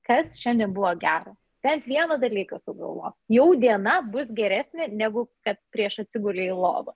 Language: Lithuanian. kas šiandien buvo gero bet vieną dalyką sugalvok jau diena bus geresnė negu kad prieš atsigulėj į lovą